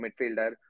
midfielder